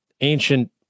ancient